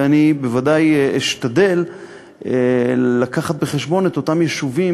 ואני בוודאי אשתדל לקחת בחשבון את אותם יישובים